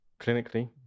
clinically